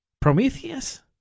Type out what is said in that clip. Prometheus